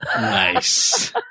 Nice